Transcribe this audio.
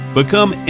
Become